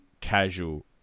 casual